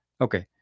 Okay